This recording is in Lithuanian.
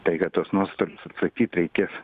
tai kad tuos nuostolius atsakyt reikės